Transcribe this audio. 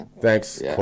thanks